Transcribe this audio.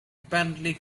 apparently